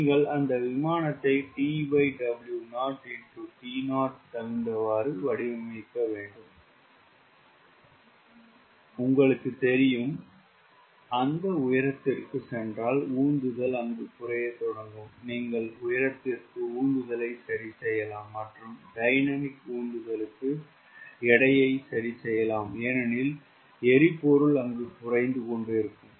நீங்கள் அந்த விமானத்தை TWoTo தகுந்தவாறு வடிவமைக்க வேண்டும் உங்களுக்கு தெரியும் அந்த உயரத்திற்கு சென்றால் உந்துதல் அங்கு குறைய தொடங்கும் நீங்கள் உயரத்திக்கு உந்துதலை சரி செய்யலாம் மற்றும் டைனமிக் உந்துதலுக்கு எடையை சரி செய்யலாம் ஏனேனில் எரிபொருள் குறையும்